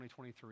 2023